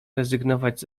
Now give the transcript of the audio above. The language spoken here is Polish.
rezygnować